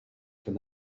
from